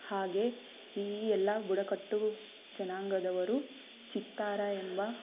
ಹಾಗೇ ಈ ಎಲ್ಲ ಬುಡಕಟ್ಟು ಜನಾಂಗದವರು ಚಿತ್ತಾರ ಎಂಬ